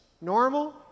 Normal